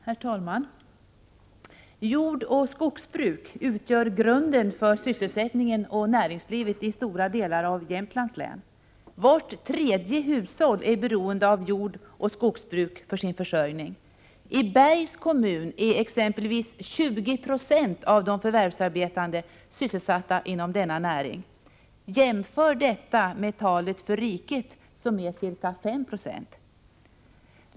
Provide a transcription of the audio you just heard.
Herr talman! Jordoch skogsbruk utgör grunden för sysselsättningen och näringslivet i stora delar av Jämtlands län. Vart tredje hushåll är beroende av jordoch skogsbruk för sin försörjning. I Bergs kommun är exempelvis 20 90 av de förvärvsarbetande sysselsatta inom denna näring. Jämför detta med talet för riket, som är ca 5 9e!